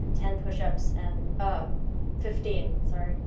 ten push-ups and um fifteen sorry,